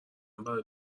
برای